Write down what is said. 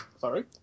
Sorry